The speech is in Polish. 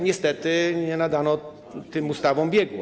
Niestety nie nadano tym ustawom biegu.